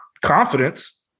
confidence